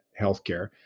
healthcare